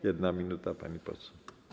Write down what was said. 1 minuta, pani poseł.